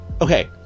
Okay